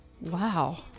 Wow